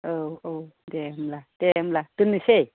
औ औ दे होमब्ला दे होमब्ला दोननोसै